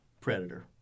predator